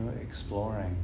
exploring